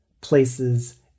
places